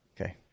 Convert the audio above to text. Okay